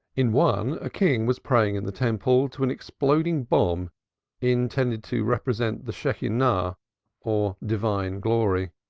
in one a king was praying in the temple to an exploding bomb intended to represent the shechinah or divine glory.